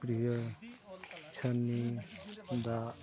ᱯᱨᱤᱭᱚ ᱪᱷᱟᱱᱤ ᱫᱟᱜ